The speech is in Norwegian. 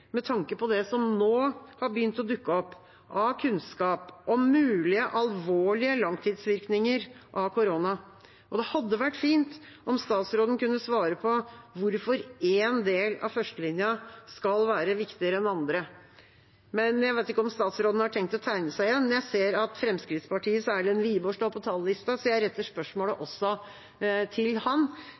med tanke på det som nå har begynt å dukke opp av kunnskap om mulige alvorlige langtidsvirkninger av korona. Det hadde vært fint om statsråden kunne svare på hvorfor én del av førstelinja skal være viktigere enn andre. Jeg vet ikke om statsråden har tenkt å tegne seg igjen, men jeg ser at Fremskrittspartiets Erlend Wiborg står på talerlista, så jeg retter spørsmålet også til